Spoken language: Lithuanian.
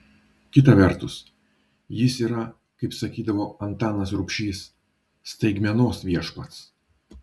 kita vertus jis yra kaip sakydavo antanas rubšys staigmenos viešpats